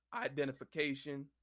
identification